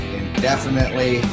indefinitely